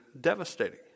devastating